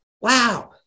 Wow